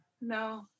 No